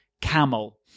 camel